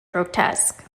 grotesque